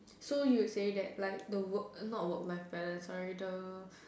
so you say that like the work not work like sorry the